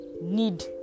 Need